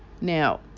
Now